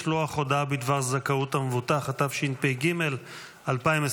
משלוח הודעה בדבר זכאות המבוטח), התשפ"ג 2023,